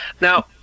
Now